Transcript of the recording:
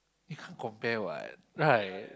you can't compare [what] right